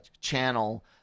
channel